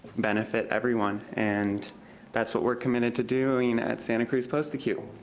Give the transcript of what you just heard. benefit everyone. and that's what we're committed to doing at santa cruz post acute,